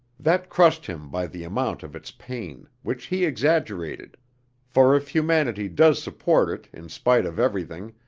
that crushed him by the amount of its pain, which he exaggerated for if humanity does support it in spite of everything,